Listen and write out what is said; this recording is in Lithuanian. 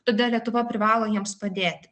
todėl lietuva privalo jiems padėti